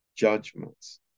judgments